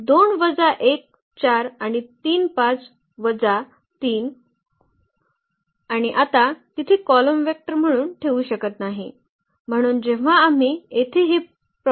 2 वजा 1 4 आणि 3 5 वजा 3 आणि आता तिथे कॉलम वेक्टर म्हणून ठेवू शकत नाही